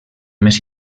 més